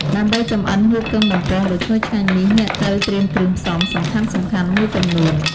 ដើម្បីចម្អិនហ៊ូគឹងបំពងដ៏ឈ្ងុយឆ្ងាញ់នេះ អ្នកត្រូវត្រៀមគ្រឿងផ្សំសំខាន់ៗមួយចំនួន។